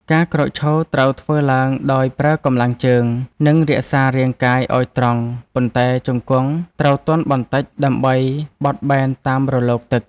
ការក្រោកឈរត្រូវធ្វើឡើងដោយប្រើកម្លាំងជើង និងរក្សារាងកាយឱ្យត្រង់ ប៉ុន្តែជង្គង់ត្រូវទន់បន្តិចដើម្បីបត់បែនតាមរលកទឹក។